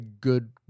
good